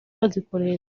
bazikoresha